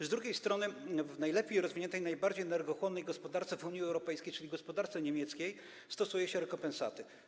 Z drugiej strony w najlepiej rozwiniętej, najbardziej energochłonnej gospodarce w Unii Europejskiej, czyli gospodarce niemieckiej, stosuje się rekompensaty.